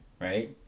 right